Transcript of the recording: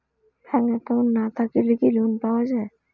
Bank account না থাকিলে কি লোন পাওয়া য়ায়?